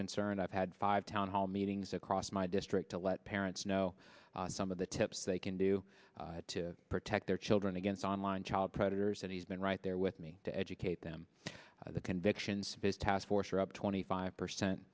concerned i've had five town hall meetings across my district to let parents know some of the tips they can do to protect their children against online child predators and he's been right there with me to educate them the convictions based task force are up twenty five percent